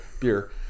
beer